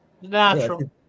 Natural